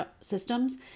systems